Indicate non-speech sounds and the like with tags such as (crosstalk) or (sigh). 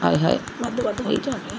(unintelligible)